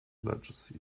legacy